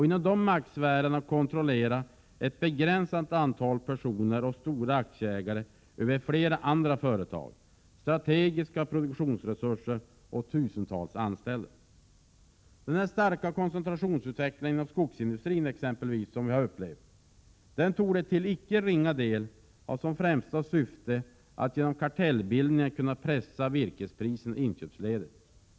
Inom dessa maktsfärer kontrollerar ett begränsat antal personer och stora aktieägare flera andra företag, strategiska produktionsresurser och tusentals anställda. Den starka koncentrationsutvecklingen inom skogsindustrin torde till icke ringa del ha som främsta syfte att genom kartellbildning kunna pressa virkespriserna i inköpsledet.